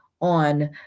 on